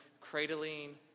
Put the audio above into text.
cradling